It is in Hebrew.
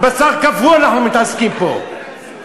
בבשר קפוא אנחנו מתעסקים פה,